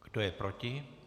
Kdo je proti?